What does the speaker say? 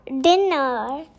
dinner